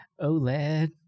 oled